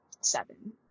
seven